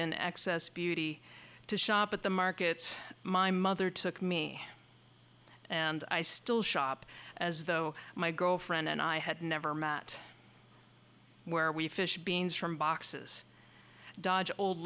in excess beauty to shop at the markets my mother took me and i still shop as though my girlfriend and i had never met where we fish beans from boxes dodge old